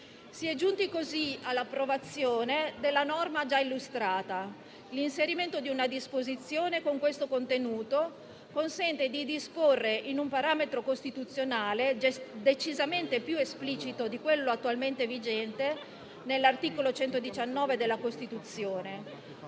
così giunti all'approvazione della norma già illustrata. L'inserimento di una disposizione con questo contenuto consente di disporre di un parametro costituzionale decisamente più esplicito di quello attualmente vigente (articolo 119 della Costituzione)